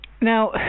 Now